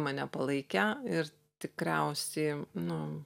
mane palaikė ir tikriausiai nu